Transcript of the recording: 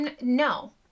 No